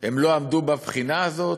הם לא עמדו בבחינה הזאת?